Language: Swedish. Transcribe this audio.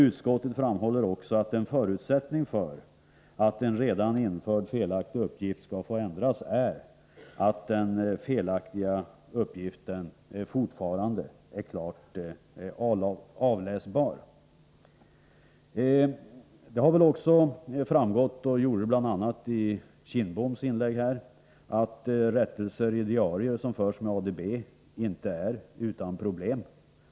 Utskottet framhåller också att en förutsättning för att en redan införd felaktig uppgift skall få ändras är att den felaktiga uppgiften fortfarande är klart avläsbar. Det har också framgått — Bengt Kindbom var inne på detta i sitt anförande — att rättelser i diarier som förs med hjälp av ADB inte sker utan problem.